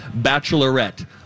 Bachelorette